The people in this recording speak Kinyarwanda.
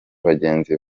bagenzi